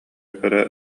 көрө